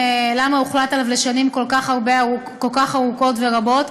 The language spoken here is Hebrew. למה הוחלט עליו לשנים כל כך ארוכות ורבות.